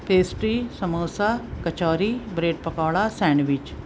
پیسٹی samosa kachori bread pakora sandwich